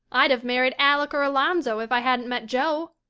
i'd have married alec or alonzo if i hadn't met jo.